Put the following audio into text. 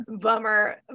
bummer